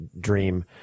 dream